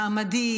מעמדית,